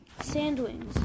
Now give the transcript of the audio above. Sandwings